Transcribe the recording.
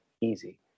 easy